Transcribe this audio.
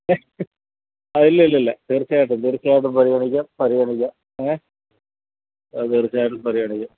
അത് ഇല്ല ഇല്ല തീർച്ചയായിട്ടും തീർച്ചയായിട്ടും പരിഗണിക്കാം പരിഗണിക്കാം ഏ തീർച്ചയായിട്ടും പരിഗണിക്കാം